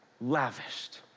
lavished